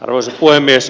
arvoisa puhemies